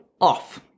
off